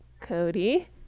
Cody